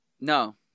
No